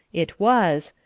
it was,